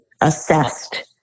assessed